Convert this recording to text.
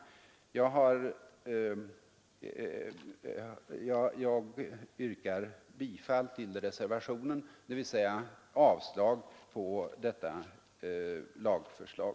Jag yrkar bifall till reservation 1, dvs. avslag på detta lagförslag.